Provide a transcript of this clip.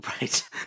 Right